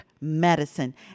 Medicine